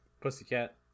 Pussycat